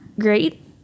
great